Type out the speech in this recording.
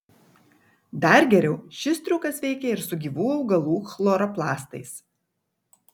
dar geriau šis triukas veikia ir su gyvų augalų chloroplastais